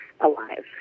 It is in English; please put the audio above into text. alive